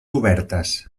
obertes